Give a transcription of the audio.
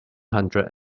hundred